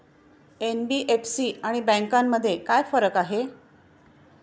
NBFC आणि बँकांमध्ये काय फरक आहे?